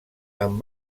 amb